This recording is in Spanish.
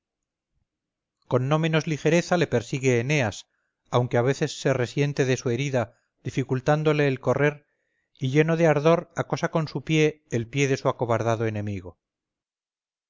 con no menos ligereza le persigue eneas aunque a veces se resiente de su herida dificultándole el correr y lleno de ardor acosa con su pie el pie de su acobardado enemigo